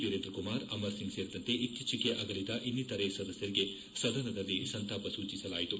ವಿರೇಂದ್ರ ಕುಮಾರ್ ಅಮರ್ಸಿಂಗ್ ಸೇರಿದಂತೆ ಇತ್ತೀಚೆಗೆ ಅಗಲಿದ ಇನ್ನಿತರೆ ಸದಸ್ಥರಿಗೆ ಸದನದಲ್ಲಿ ಸಂತಾಪ ಸೂಚಿಸಲಾಯಿತು